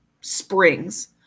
Springs